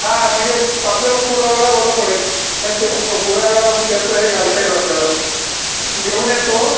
हा म्हणजे आपल्याला पुराव्याला बरं पडेल त्यांचे पुराव्याला त्यांचं हे घालता येईल आपल्याला घेऊन येतो